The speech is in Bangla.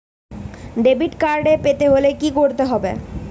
ডেবিটকার্ড পেতে হলে কি করতে হবে?